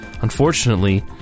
Unfortunately